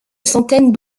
centaine